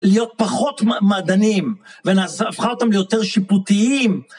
להיות פחות מעדנים ונהפכה אותם ליותר שיפוטיים.